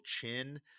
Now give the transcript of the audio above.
chin